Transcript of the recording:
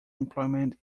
employment